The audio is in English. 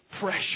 pressure